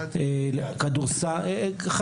אני רוצה להחזיר את הדיון לחינוך הגופני.